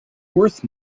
worth